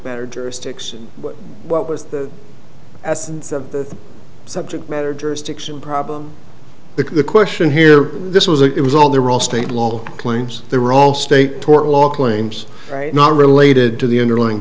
better jurisdiction what was the essence of the subject matter jurisdiction problem because the question here this was it was all there all state law claims there were all state tort law claims right not related to the underlying